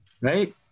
right